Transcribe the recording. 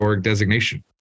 designation